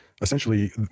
essentially